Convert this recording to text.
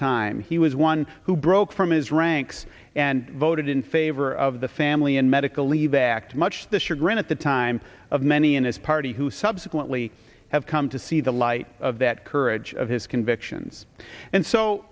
time he was one who broke from is ranks and voted in favor of the family and medical leave act much the sugar in at the time of many in his party who subsequently have come to see the light of that courage of his convictions and so